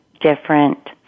different